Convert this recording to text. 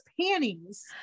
panties